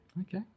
Okay